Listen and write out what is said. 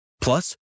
plus